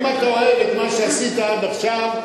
אם אתה אוהב את מה שעשית עד עכשיו,